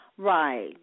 Right